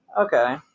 Okay